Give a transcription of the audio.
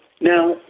Now